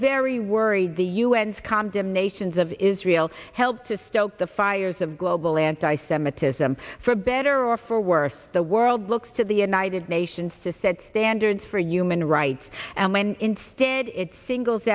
very worried the un's condemnations of israel help to stoke the fires of global anti semitism for better or for worse the world looks to the united nations to said standards for human rights and when instead it singles